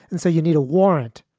and so you need a warrant.